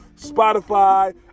Spotify